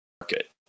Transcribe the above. market